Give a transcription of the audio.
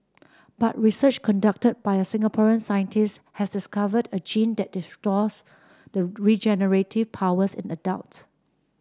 but research conducted by a Singaporean scientist has discovered a gene that restores the regenerative powers in adults